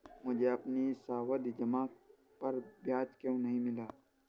मुझे अपनी सावधि जमा पर ब्याज क्यो नहीं मिला?